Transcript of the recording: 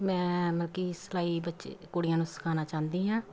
ਮੈਂ ਮਤਲਬ ਕਿ ਸਿਲਾਈ ਬੱਚੇ ਕੁੜੀਆਂ ਨੂੰ ਸਿਖਾਉਣਾ ਚਾਹੁੰਦੀ ਹਾਂ